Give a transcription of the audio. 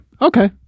Okay